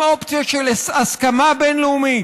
אם אופציה של הסכמה בין-לאומית,